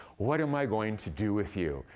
what am i going to do with you?